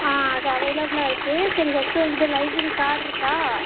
ஆ அது அவைலபிளாக இருக்குது சரி ஃபஸ்ட்டு உன்கிட்டே லைப்ரரி கார்டு இருக்கா